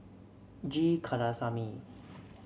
G Kandasamy